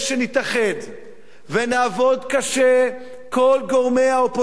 ונעבוד קשה, כל גורמי האופוזיציה במדינת ישראל,